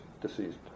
deceased